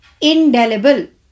indelible